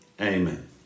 Amen